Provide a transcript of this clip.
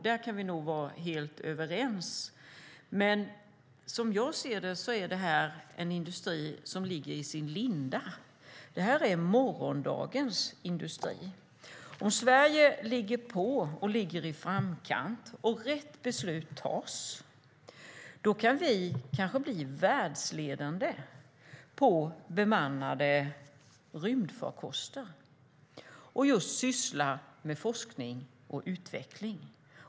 Där kan vi nog vara helt överens. Men som jag ser det är detta en industri som ligger i sin linda - det här är morgondagens industri. Om Sverige ligger på och ligger i framkant, och om rätt beslut tas, kan vi kanske bli världsledande på bemannade rymdfarkoster och syssla med forskning och utveckling.